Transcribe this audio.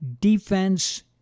defense